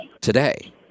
today